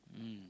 mm